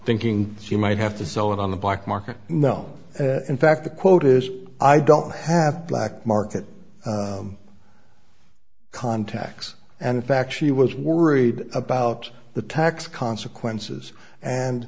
thinking she might have to sell it on the black market no in fact the quote is i don't have black market contacts and in fact she was worried about the tax consequences and